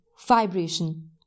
Vibration